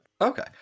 Okay